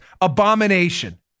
abomination